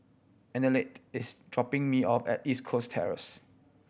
Annette is dropping me off at East Coast Terrace